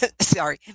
sorry